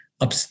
up